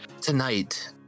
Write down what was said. Tonight